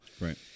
Right